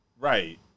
right